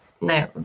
No